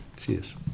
Cheers